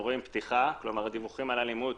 רואים פתיחה, כלומר דיווחים על אלימות